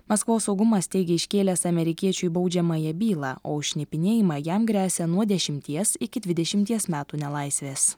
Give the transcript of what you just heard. maskvos saugumas teigė iškėlęs amerikiečiui baudžiamąją bylą o už šnipinėjimą jam gresia nuo dešimties iki dvidešimties metų nelaisvės